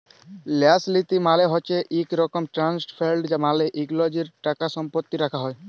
ল্যাস লীতি মালে হছে ইক রকম ট্রাস্ট ফাল্ড মালে ইকজলের টাকাসম্পত্তি রাখ্যা হ্যয়